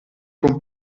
con